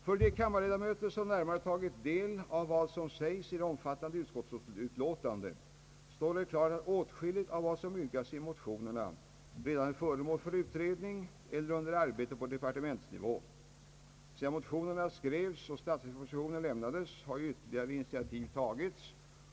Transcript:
För de kammarledamöter som närmare tagit del av det omfattande utskottsutlåtandet står det klart att åtskilligt av det som yrkas i motionerna redan är föremål för utredning eller arbete på departementsnivå. Sedan motionerna skrevs och statsverkspropositionen lämnades har ytterligare initiativ tagits.